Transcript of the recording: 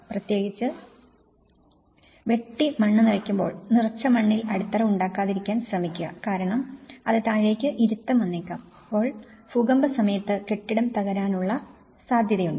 പ്രത്യേകിച്ച് വെട്ടി മണ്ണ് നിറയ്ക്കുമ്പോൾ നിറച്ച മണ്ണിൽ അടിത്തറ ഉണ്ടാക്കാതിരിക്കാൻ ശ്രമിക്കുക കാരണം അത് താഴേക്ക് ഇരുത്തം വന്നേക്കാം അപ്പോൾ ഭൂകമ്പസമയത്ത് കെട്ടിടം തകരാനുള്ള സാധ്യതയുണ്ട്